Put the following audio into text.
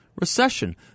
recession